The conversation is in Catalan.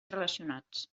relacionats